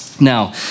Now